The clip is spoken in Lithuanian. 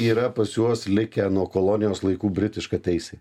yra pas juos likę nuo kolonijos laikų britiška teisė